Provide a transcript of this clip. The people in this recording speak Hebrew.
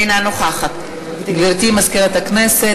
אינה נוכחת גברתי מזכירת הכנסת,